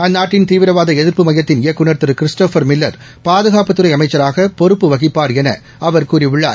அந்நாட்டின் தீவிரவாத எதிர்ப்பு மையத்தின் இயக்குநர் திரு கிறிஸ்டோபர் மில்லர் பாதுகாப்புத்துறை அமைச்சராக பொறுப்பு வகிப்பார் என அவர் கூறியுள்ளார்